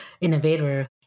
innovator